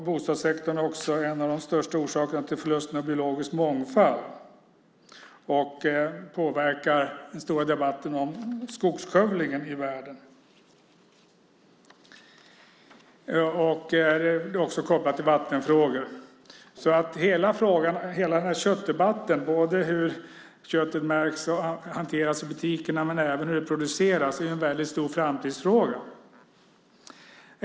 Boskapssektorn är också en av de största orsakerna till förlusten av biologisk mångfald och påverkar den stora debatten om skogsskövlingen i världen. Det finns också en koppling till vattenfrågor. Hela köttdebatten, både hur köttet märks och hanteras i butikerna och hur det produceras, är en väldigt stor framtidsfråga.